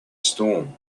storm